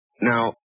Now